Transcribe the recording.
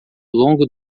longo